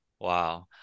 Wow